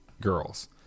girls